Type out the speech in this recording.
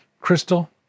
Crystal